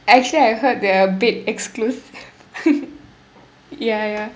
actually I heard they are a bit exclusive ya ya